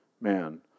man